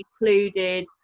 included